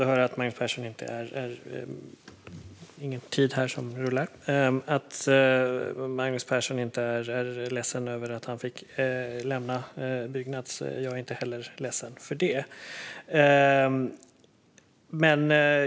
Herr talman! Jag är glad att höra att Magnus Persson inte är ledsen över att han fick lämna Byggnads. Jag är inte heller ledsen för det.